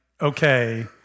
okay